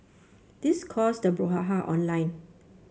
this caused the brouhaha online